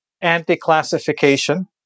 anti-classification